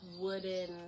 wooden